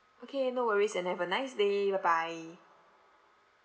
okay no worries and have a nice day bye bye